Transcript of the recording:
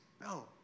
No